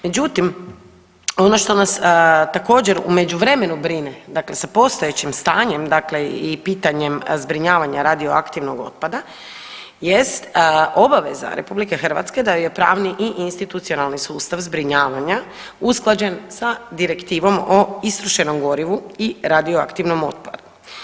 Međutim ono što nas također, u međuvremenu brine, dakle sa postojećim stanjem dakle i pitanjem zbrinjavanja radioaktivnog otpada jest obaveza RH da joj je pravni i institucionalni sustav zbrinjavanja usklađen sa direktivom o istrošenom gorivu i radioaktivnom otpadu.